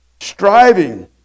striving